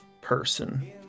person